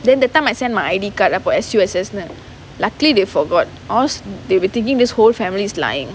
then that time I send my I_D card அப்போ:appo S_U_S_S luckly they forgot or else they'll be thinking this whole family is lying